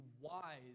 wise